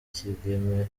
kigeme